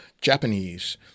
Japanese